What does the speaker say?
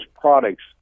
products